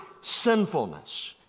sinfulness